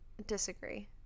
disagree